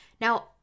Now